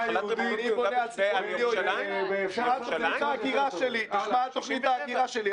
יהודית --- תשמע על תוכנית ההגירה שלי,